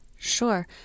Sure